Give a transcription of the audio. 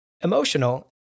emotional